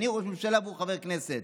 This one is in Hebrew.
אני ראש ממשלה והוא חבר כנסת.